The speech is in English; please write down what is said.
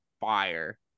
fire